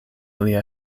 lia